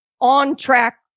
on-track